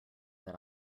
that